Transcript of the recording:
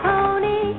Pony